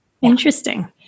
interesting